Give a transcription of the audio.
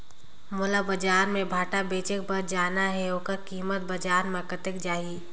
मोला बजार मां भांटा बेचे बार ले जाना हे ओकर कीमत बजार मां कतेक जाही?